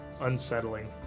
unsettling